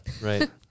Right